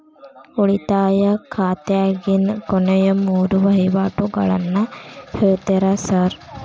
ಉಳಿತಾಯ ಖಾತ್ಯಾಗಿನ ಕೊನೆಯ ಮೂರು ವಹಿವಾಟುಗಳನ್ನ ಹೇಳ್ತೇರ ಸಾರ್?